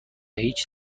هیچ